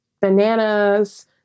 bananas